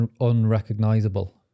unrecognizable